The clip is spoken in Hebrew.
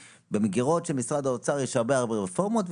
במגירות של משרד האוצר יש הרבה-הרבה רפורמות,